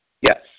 Yes